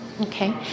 Okay